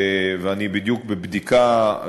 ואני בדיוק בבדיקה,